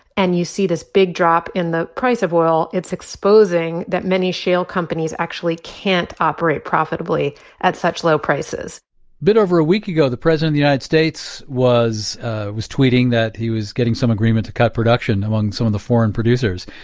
and you see this big drop in the price of oil, it's exposing that many shale companies actually can't operate profitably at such low prices a bit over a week ago, the president of the united states was was tweeting that he was getting some agreement to cut production among some of the foreign producers.